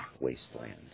wasteland